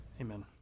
Amen